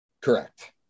Correct